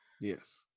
Yes